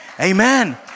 Amen